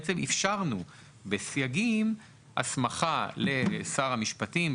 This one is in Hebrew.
אפשרנו בסייגים הסמכה לשר המשפטים,